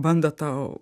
bando tau